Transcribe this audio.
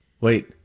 Wait